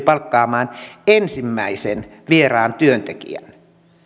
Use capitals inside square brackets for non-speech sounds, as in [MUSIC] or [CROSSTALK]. [UNINTELLIGIBLE] palkkaamaan ensimmäisen vieraan työntekijän